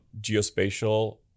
geospatial